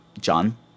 John